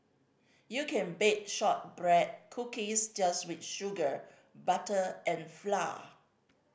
you can bake shortbread cookies just with sugar butter and flour